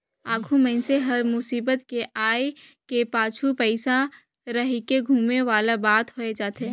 आघु मइनसे हर मुसीबत के आय के पाछू पइसा रहिके धुमे वाला बात होए जाथे